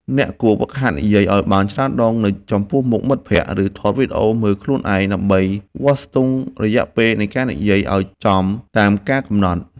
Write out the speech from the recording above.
អ្នកគួរហ្វឹកហាត់និយាយឱ្យបានច្រើនដងនៅចំពោះមុខមិត្តភក្តិ ឬថតវីដេអូមើលខ្លួនឯង ដើម្បីវាស់ស្ទង់រយៈពេលនៃការនិយាយឱ្យចំតាមការកំណត់។